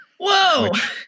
Whoa